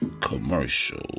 commercial